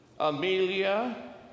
Amelia